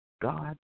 God